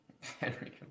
Henry